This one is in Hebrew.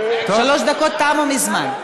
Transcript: שלוש דקות תמו מזמן.